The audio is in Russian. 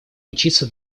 учиться